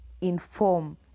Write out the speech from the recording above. inform